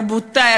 רבותי,